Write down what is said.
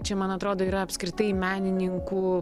čia man atrodo yra apskritai menininkų